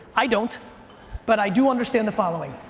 i don't but i do understand the following.